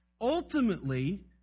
ultimately